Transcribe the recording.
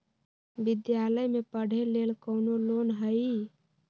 विद्यालय में पढ़े लेल कौनो लोन हई?